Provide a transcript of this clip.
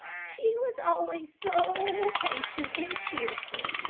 she was always so patient and cheerful.